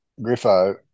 Griffo